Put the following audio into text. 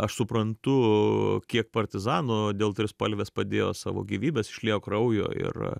aš suprantu kiek partizanų dėl trispalvės padėjo savo gyvybes išliejo kraujo ir